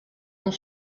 ont